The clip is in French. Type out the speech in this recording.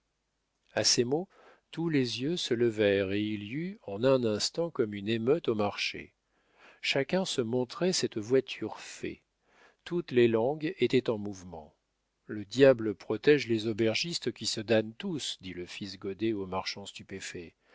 a ces mots tous les yeux se levèrent et il y eut en un instant comme une émeute au marché chacun se montrait cette voiture fée toutes les langues étaient en mouvement le diable protége les aubergistes qui se damnent tous dit le fils goddet au marchand stupéfait